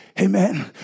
Amen